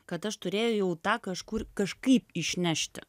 kad aš turėjau tą kažkur kažkaip išnešti